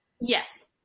Yes